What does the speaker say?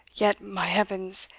yet, my heavens!